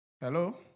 Hello